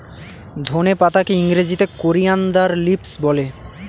ধনে পাতাকে ইংরেজিতে কোরিয়ানদার লিভস বলে